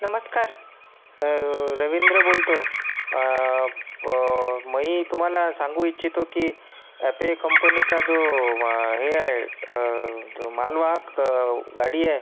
नमस्कार रवींद्र बोलतो मी तुम्हाला सांगू इच्छितो की ते कंपनीचा जो हे आहे तो मालवाहक गाडी आहे